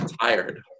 tired